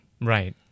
Right